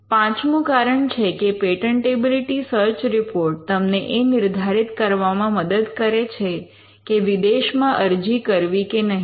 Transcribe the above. પાંચમું કારણ છે કે પેટન્ટેબિલિટી સર્ચ રિપોર્ટ તમને એ નિર્ધારિત કરવામાં મદદ કરે છે કે વિદેશમાં અરજી કરવી કે નહીં